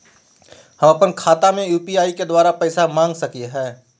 हम अपन खाता में यू.पी.आई के द्वारा पैसा मांग सकई हई?